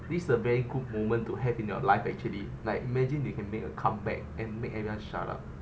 this a very good moment to have in your life actually like imagine they can make a comeback and make everyone shut up